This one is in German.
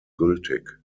gültig